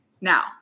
now